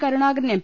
Karunakaran M